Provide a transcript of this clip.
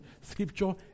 Scripture